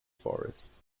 forest